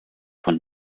von